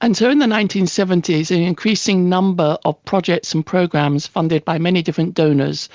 and so in the nineteen seventy s an increasing number of projects and programs funded by many different donors